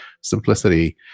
simplicity